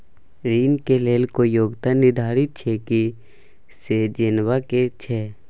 ऋण के लेल कोई योग्यता निर्धारित छै की से जनबा के छै?